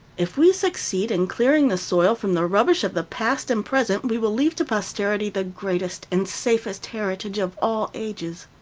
if we succeed in clearing the soil from the rubbish of the past and present, we will leave to posterity the greatest and safest heritage of all ages.